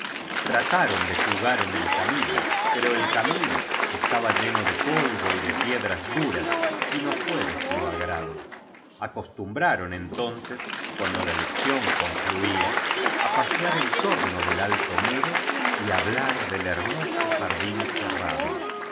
trataron de jugar en el camino pero el camino estaba lleno de polvo y de pie dras duras y no fué de su agrado acostumbraron entonces cuando la lección concluía á pasear en torno del alto muro y hablar del hermoso jardín cerrado